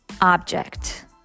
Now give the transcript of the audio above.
object